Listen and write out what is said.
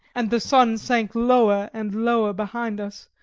and the sun sank lower and lower behind us,